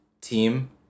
team